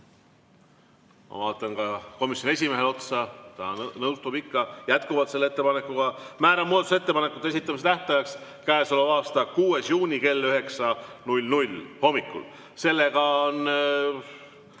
Ma vaatan ka komisjoni esimehele otsa, ta nõustub ikka jätkuvalt selle ettepanekuga. Määran muudatusettepanekute esitamise tähtajaks käesoleva aasta 6. juuni kell 9 hommikul. Kolmanda